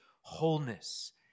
wholeness